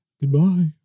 goodbye